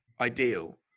ideal